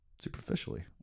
superficially